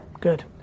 good